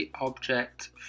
object